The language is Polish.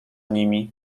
nimi